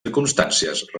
circumstàncies